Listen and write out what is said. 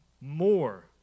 more